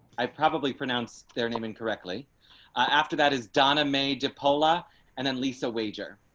i probably pronounce their name incorrectly after that is donna may de paula and then lisa wager.